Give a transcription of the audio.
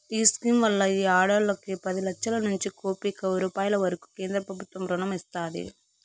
ఈ స్కీమ్ వల్ల ఈ ఆడోల్లకి పది లచ్చలనుంచి కోపి రూపాయిల వరకూ కేంద్రబుత్వం రుణం ఇస్తాది